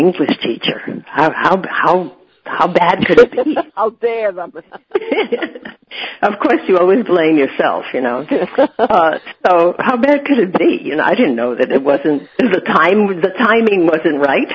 english teacher how how how bad out there of course you always blame yourself you know so how bad could it be you know i didn't know that it wasn't the time when the timing